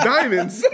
Diamonds